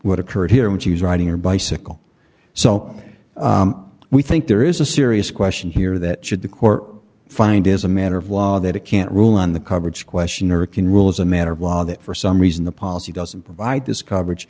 what occurred here when she was riding her bicycle so we think there is a serious question here that should the court find as a matter of law that it can't rule on the coverage question or can rule as a matter of law that for some reason the policy doesn't provide this coverage